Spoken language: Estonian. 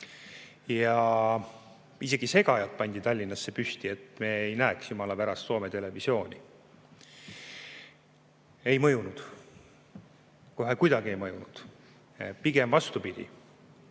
Isegi segajad pandi Tallinnasse püsti, et me jumala pärast ei näeks Soome televisiooni. Ei mõjunud, kohe kuidagi ei mõjunud. Pigem vastupidi,